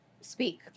speak